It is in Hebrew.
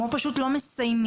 או פשוט לא מסיימים,